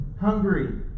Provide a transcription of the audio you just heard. hungry